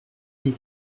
des